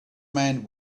man